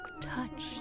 touch